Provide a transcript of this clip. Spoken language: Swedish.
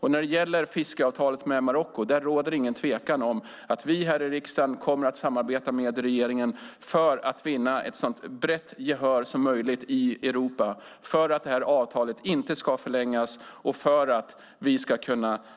Vad gäller fiskeavtalet med Marocko råder det ingen tvekan om att vi i riksdagen kommer att samarbeta med regeringen för att vinna ett så brett gehör som möjligt i Europa för att avtalet inte ska förlängas och för ett